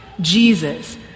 Jesus